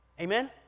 Amen